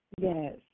Yes